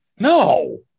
No